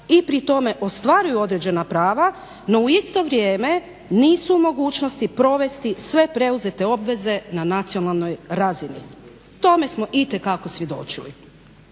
i pri tome ostvaruju određena prava, no u isto vrijeme nisu u mogućnosti provesti sve preuzete obveze na nacionalnoj razini. Tome smo itekako svjedočili.